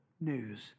news